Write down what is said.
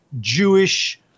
Jewish